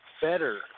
better